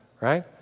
right